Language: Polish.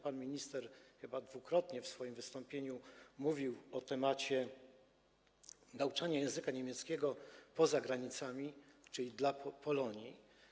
Pan minister chyba dwukrotnie w swoim wystąpieniu mówił na temat nauczania języka niemieckiego poza granicami, czyli dla Polonii.